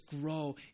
grow